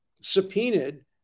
subpoenaed